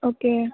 okay